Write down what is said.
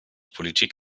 politik